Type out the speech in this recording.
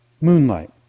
Moonlight